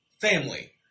family